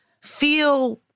feel